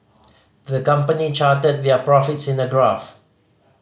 the company charted their profits in a graph